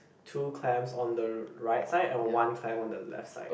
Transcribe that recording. two clams on the right side and one clam on the left side